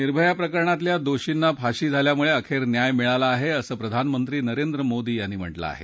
निर्भया प्रकरणातल्या दोषींना फाशी झाल्यामुळे अखेर न्याय मिळाला आहे असं प्रधानमंत्री नरेंद्र मोदी यांनी म्हटलं आहे